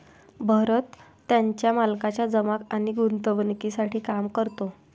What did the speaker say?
भरत त्याच्या मालकाच्या जमा आणि गुंतवणूकीसाठी काम करतो